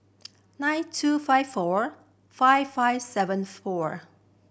nine two five four five five seven four